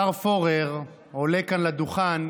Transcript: השר פורר עולה כאן לדוכן,